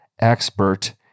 expert